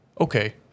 okay